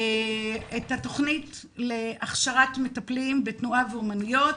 את התכנית להכשרת מטפלים בתנועה ואומנויות